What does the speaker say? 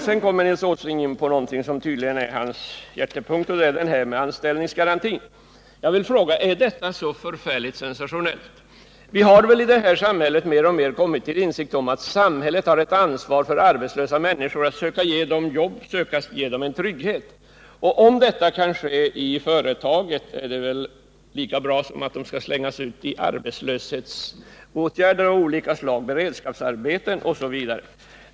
Sedan kommer Nils Åsling in på något som tydligen är hans hjärtpunkt, och det är anställningsgarantin. Jag vill fråga: Är detta så förfärligt sensationellt? Vi har i det här samhället mer och mer kommit till insikt om att samhället har ett ansvar för arbetslösa människor, man måste försöka ge dem jobb och trygghet. Om detta kan ske inom företaget är väl det lika bra som att de skall slängas ut i beredskapsarbeten eller andra arbetslöshetsåtgärder.